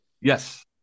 Yes